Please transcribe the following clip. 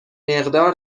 مقدار